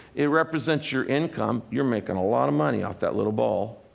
it represents your income you're making a lot of money off that little ball.